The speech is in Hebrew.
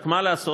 רק מה לעשות,